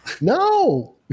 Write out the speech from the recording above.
no